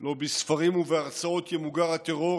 לא בספרים ובהרצאות ימוגר הטרור,